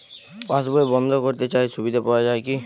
পাশ বই বন্দ করতে চাই সুবিধা পাওয়া যায় কি?